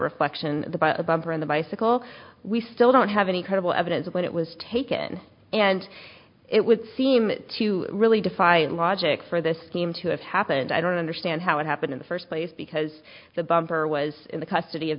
reflection the bumper on the bicycle we still don't have any credible evidence of when it was taken and it would seem to really defy logic for this scheme to have happened i don't understand how it happened in the first place because the bumper was in the custody of